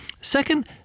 Second